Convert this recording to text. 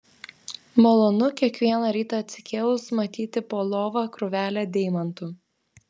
malonu kiekvieną rytą atsikėlus matyti po lova krūvelę deimantų